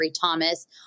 Thomas